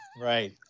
Right